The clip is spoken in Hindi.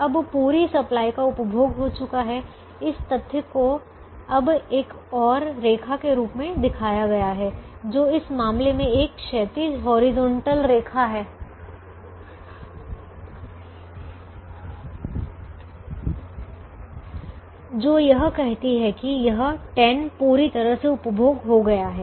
अब पूरी सप्लाई का उपभोग हो चुका है इस तथ्य को अब एक और रेखा के रूप में दिखाया गया है जो इस मामले में एक क्षैतिज हॉरिजॉन्टल रेखा है जो कहती है कि यह 10 पूरी तरह से उपभोग हो गया है